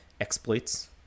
Exploits